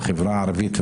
בחברה הערבית,